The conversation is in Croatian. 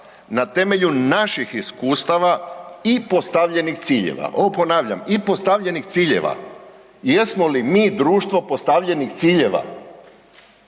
na temelju naših iskustava i postavljenih ciljeva, ovo ponavljam, i postavljenih ciljeva. Jesmo li mi društvo postavljenih ciljeva?